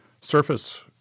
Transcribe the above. surface